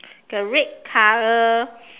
the red color